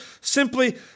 simply